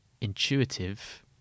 intuitive